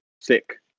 Sick